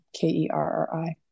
K-E-R-R-I